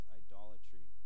idolatry